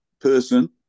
person